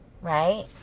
right